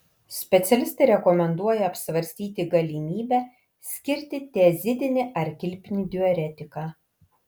specialistai rekomenduoja apsvarstyti galimybę skirti tiazidinį ar kilpinį diuretiką